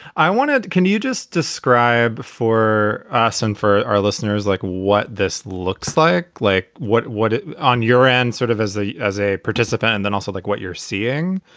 i wanted to. can you just describe for us and for our listeners, like what this looks like? like what what on your end sort of as a as a participant. and then also like what you're seeing,